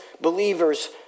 believers